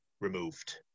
removed